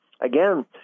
again